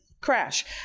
crash